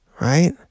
right